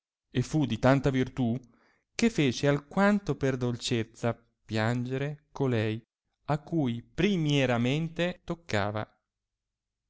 e fu di tanta virtù che fece alquanto per dolcezza piangere colei a cui primieramente toccava